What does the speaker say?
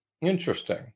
Interesting